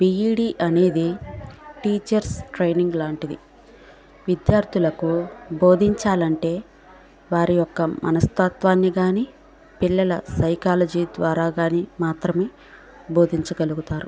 B Ed అనేది teachers training లాంటిది విద్యార్థులకు బోధించాలంటే వారి యొక్క మనస్తత్వాన్ని కానీ పిల్లల సైకాలజీ ద్వారా కానీ మాత్రమే బోధించగలుగుతారు